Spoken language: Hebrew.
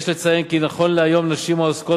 יש לציין כי נכון להיום נשים העוסקות